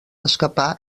escapar